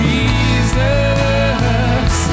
Jesus